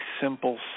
simple